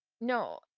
No